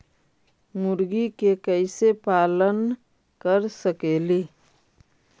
मुर्गि के कैसे पालन कर सकेली?